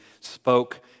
spoke